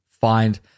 find